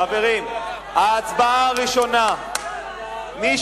חברים, ההצבעה הראשונה, מי